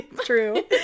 true